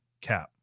cap